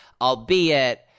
Albeit